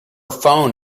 phone